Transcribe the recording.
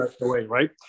right